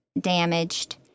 damaged